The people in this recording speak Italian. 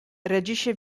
reagisce